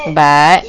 but